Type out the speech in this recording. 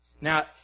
Now